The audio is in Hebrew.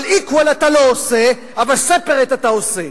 equal אתה לא עושה, אבל separate אתה עושה.